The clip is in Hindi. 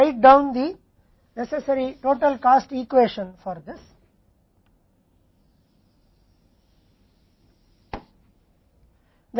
अब हम कोशिश करते हैं और इसके लिए आवश्यक कुल लागत समीकरण लिखते हैं